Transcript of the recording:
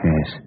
Yes